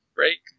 break